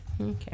Okay